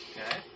Okay